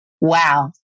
Wow